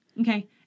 Okay